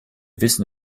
wissen